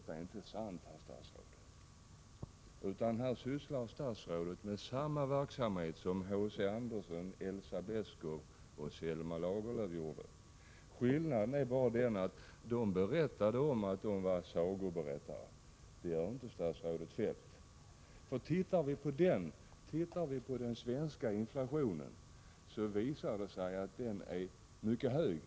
Jag vill påstå att detta inte är sant. Här sysslar statsrådet med samma verksamhet som H. C. Andersen, Elsa Beskow och Selma Lagerlöf ägnade sig åt. Skillnaden är bara den att de talade om att de var sagoberättare, det gör inte statsrådet Feldt. Ser vi på den svenska inflationen, finner vi att den är mycket hög.